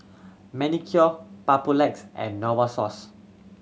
Manicare Papulex and Novosource